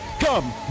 Come